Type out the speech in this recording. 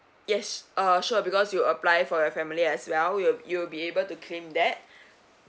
yes uh sure because you apply for your family as well you you'll be able to claim that